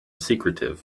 secretive